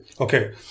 Okay